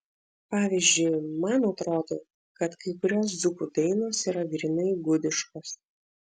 pavyzdžiui man atrodo kad kai kurios dzūkų dainos yra grynai gudiškos